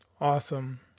Awesome